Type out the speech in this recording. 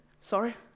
sorry